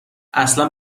اصلن